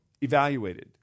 evaluated